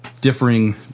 differing